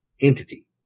entity